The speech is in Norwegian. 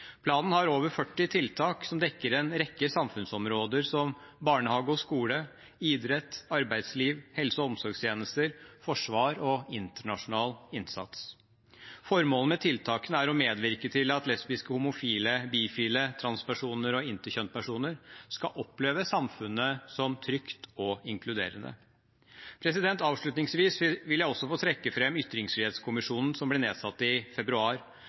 Planen har over 40 tiltak som dekker en rekke samfunnsområder, som barnehage og skole, idrett, arbeidsliv, helse- og omsorgstjenester, forsvar og internasjonal innsats. Formålet med tiltakene er å medvirke til at lesbiske, homofile, bifile, transpersoner og interkjønnspersoner skal oppleve samfunnet som trygt og inkluderende. Avslutningsvis vil jeg også få trekke fram ytringsfrihetskommisjonen, som ble nedsatt i februar.